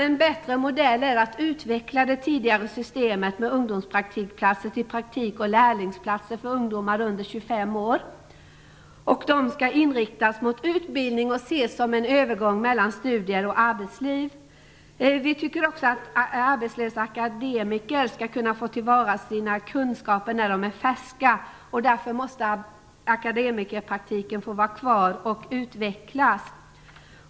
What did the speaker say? En bättre modell är att utveckla det tidigare systemet med ungdomspraktikplatser till praktik och lärlingsplatser för ungdomar under 25 år. Dessa platser bör inriktas mot utbildning och ses som en övergång mellan studier och arbetsliv. Vi tycker också att arbetslösa akademiker skall kunna ta till vara sina kunskaper när de är färska. Därför måste akademikerpraktiken få vara kvar och utvecklas.